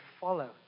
follow